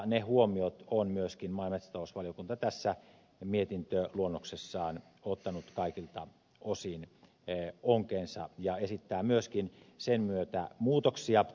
ne huomiot on myöskin maa ja metsätalousvaliokunta tässä mietintöluonnoksessaan ottanut kaikilta osin onkeensa ja esittää myöskin sen myötä muutoksia